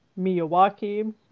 Miyawaki